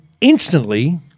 instantly